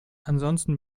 ansonsten